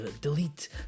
Delete